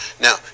now